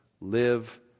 Live